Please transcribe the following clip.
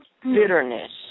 bitterness